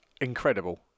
incredible